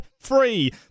free